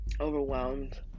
overwhelmed